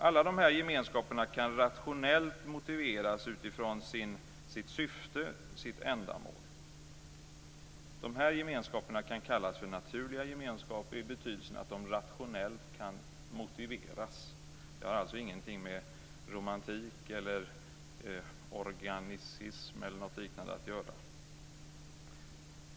Alla dessa gemenskaper kan rationellt motiveras utifrån sitt syfte och sitt ändamål. Dessa gemenskaper kan kallas naturliga gemenskaper i betydelsen att de rationellt kan motiveras. Det har alltså ingenting med romantik, organicism eller något liknande att göra.